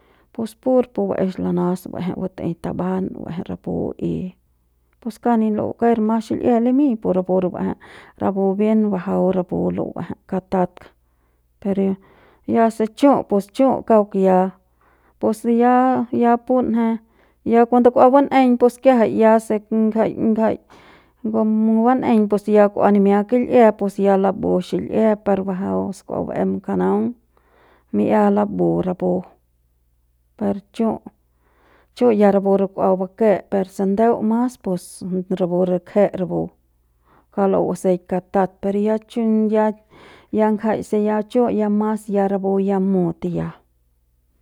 Pus pur pu baex lanas ba'eje batei taban ba'eje rapu y pus kauk ni la'u ker mas xil'ie limiñ pu rapu re ba'eje rapu bien bajau rapu la'u ba'eje katat pero ya se chu' pus chu' kauk ya pus ya ya punje ya kuande kua ban'eiñ pus kiajai ya se ngjai ngjai bu ban'eiñ pus ya kua nimia kil'ie pus ya lambu xil'ie par bajau se kua baem kanaung mi'ia lambu rapu per chu' chu' ya raú re kua bake per se ndeu mas pus rapu re kje rapu kauk la'u baseik katat pero ya chu' ya ya ngjai se chu' ya mas ya rapu ya mut ya.